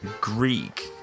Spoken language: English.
Greek